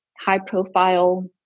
high-profile